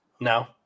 No